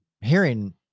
hearing